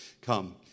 Come